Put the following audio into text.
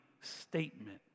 statement